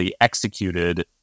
executed